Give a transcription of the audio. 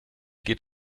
geht